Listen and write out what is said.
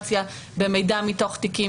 מה ההבדל אם זה בתוך הגוף